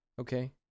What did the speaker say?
okay